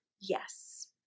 yes